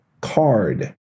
CARD